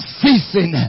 ceasing